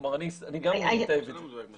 כלומר, אני גם מתעב את זה.